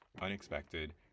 unexpected